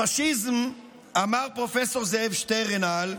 הפשיזם, אמר פרופ' זאב שטרנהל,